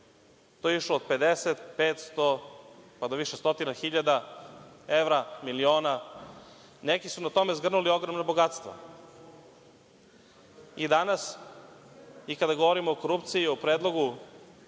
je to išlo od 50, 500, pa do više stotina hiljada evra, miliona. Neki su na tome zgrnuli ogromna bogatstva. Danas, kada govorimo o korupciji, o predlogu